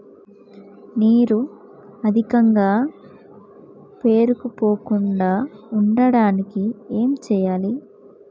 నీరు అధికంగా పేరుకుపోకుండా ఉండటానికి ఏం చేయాలి?